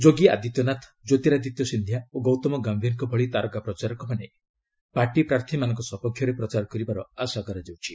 ଯୋଗୀ ଆଦିତ୍ୟନାଥ ଜ୍ୟୋତିରାଦିତ୍ୟ ସିନ୍ଧିଆ ଓ ଗୌତମ ଗମ୍ଭୀରଙ୍କ ଭଳି ତାରକା ପ୍ରଚାରକମାନେ ପାର୍ଟି ପ୍ରାର୍ଥୀମାନଙ୍କ ସପକ୍ଷରେ ପ୍ରଚାର କରିବାର ଆଶା କରାଯାଉଛି